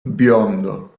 biondo